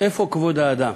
איפה כבוד האדם?